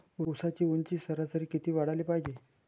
ऊसाची ऊंची सरासरी किती वाढाले पायजे?